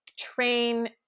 train